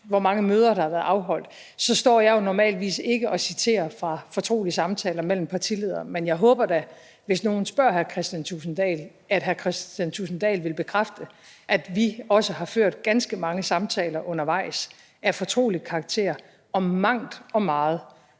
hvor mange møder, der har været afholdt. Jeg står jo normalt ikke og citerer fra fortrolige samtaler mellem partiledere, men jeg håber da, hvis nogle spørger hr. Kristian Thulesen Dahl, at hr. Kristian Thulesen Dahl vil bekræfte, at vi også har ført ganske mange samtaler undervejs af fortrolig karakter om mangt og meget